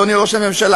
אדוני ראש הממשלה,